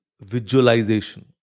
visualization